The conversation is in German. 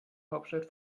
hauptstadt